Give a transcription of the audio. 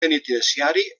penitenciari